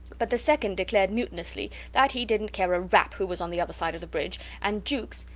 but the second declared mutinously that he didnt care a rap who was on the other side of the bridge, and jukes,